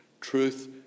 Truth